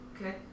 Okay